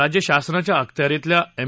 राज्य शासनाच्या अखत्यारीतल्या एम